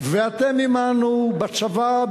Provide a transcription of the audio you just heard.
ואתם עמנו בצבא,